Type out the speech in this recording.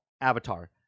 Avatar